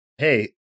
hey